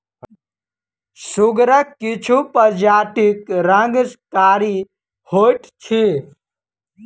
सुगरक किछु प्रजातिक रंग कारी होइत अछि